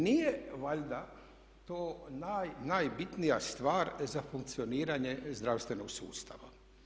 Nije valjda to najbitnija stvar za funkcioniranje zdravstvenog sustava.